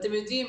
אתם יודעים,